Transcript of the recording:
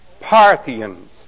Parthians